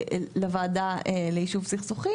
לוועדה לתיאום תשתיות,